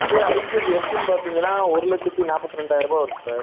அதே ஐக்யூப்எஸ்ஸுன்னு பார்த்தீங்கன்னா ஒரு லட்சத்தி நாற்பத்ரெண்டாயரூபா வருது சார்